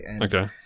Okay